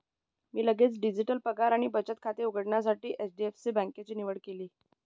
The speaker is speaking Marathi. मी लगेच डिजिटल पगार आणि बचत खाते उघडण्यासाठी एच.डी.एफ.सी बँकेची निवड केली